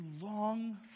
long